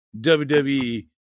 WWE